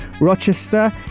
Rochester